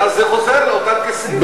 ואז זה חוזר לאותם כיסים.